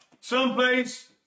someplace